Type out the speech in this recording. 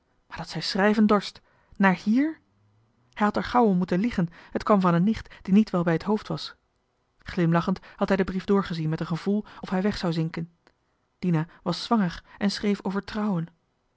dat zij schrijven dorst naar hier hij had er gauw om moeten liegen t kwam van een nicht die niet wel bij het hoofd was glimlachend had hij den brief doorgezien met een gevoel of hij weg zou zinken dina was zwanger en schreef over trouwen